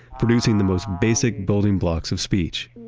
producing the most basic building blocks of speech.